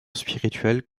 spirituel